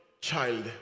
child